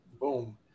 boom